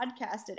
podcasted